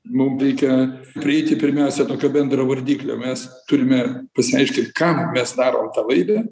mum reikia prieiti pirmiausia tokio bendravardiklio mes turime pasiaiškint kam mes darom tą laidą